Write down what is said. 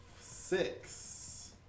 Six